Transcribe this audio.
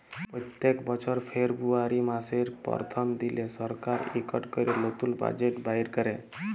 প্যত্তেক বছর ফেরবুয়ারি ম্যাসের পরথম দিলে সরকার ইকট ক্যরে লতুল বাজেট বাইর ক্যরে